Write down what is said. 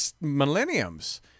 millenniums